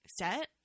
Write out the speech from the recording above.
set